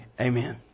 Amen